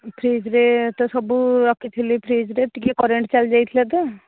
ଫ୍ରିଜ୍ରେ ତ ସବୁ ରଖିଥିଲି ଫ୍ରିଜ୍ରେ ଟିକେ କରେଣ୍ଟ ଚାଲିଯାଇଥିଲା ତ